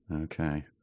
Okay